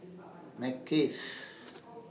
Mackays